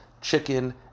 chicken